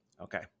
Okay